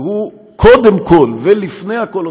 והוא קודם כול ולפני הכול,